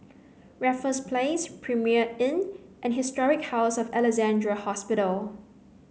Raffles Place Premier Inn and Historic House of Alexandra Hospital